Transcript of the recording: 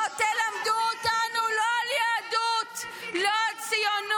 לא תלמדו אותנו לא על יהדות, לא על ציונות,